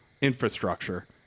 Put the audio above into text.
infrastructure